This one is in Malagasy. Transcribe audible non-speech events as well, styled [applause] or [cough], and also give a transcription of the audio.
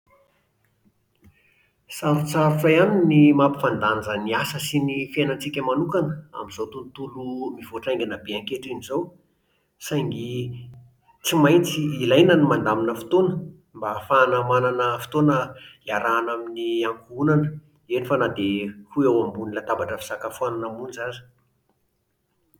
Sarotsarotra ihany ny mampifandanja ny asa sy ny fiainantsika manokana amin'izao tontolo mivoatra haingana be ankehitriny izao. Saingy [hesitation] tsy maintsy ilaina ny mandamina fotoana mba hahafahana manana fotoana iarahana amin'ny ankohonana eny fa na dia [hesitation] ho eo ambony latabatra fisakafoanana monja aza.